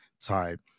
type